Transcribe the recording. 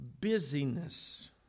busyness